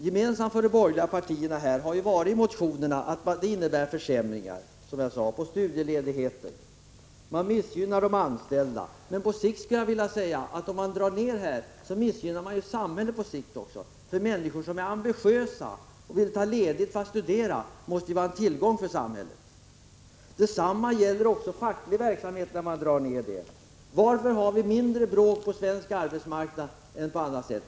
Gemensamt för de borgerliga motionsyrkandena är att de innebär försämringar. Genom att minska studieledigheten missgynnar man de anställda, men man missgynnar på sikt också samhället. Människor som är ambitiösa och vill ta ledigt för att studera måste vara en tillgång för samhället. Detsamma gäller facklig verksamhet. Varför är det mindre bråk på den svenska arbetsmarknaden än i andra länder?